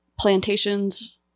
Plantations